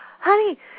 honey